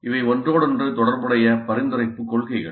இவை ஒன்றோடொன்று தொடர்புடைய பரிந்துரைப்புக் கொள்கைகள்